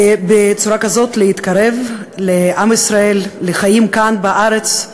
ובצורה כזאת להתקרב לעם ישראל, לחיים כאן בארץ,